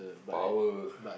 power